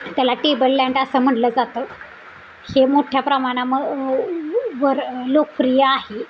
त्याला table land असं म्हटलं जातं हे मोठ्या प्रमाणा वर लोकप्रिय आहे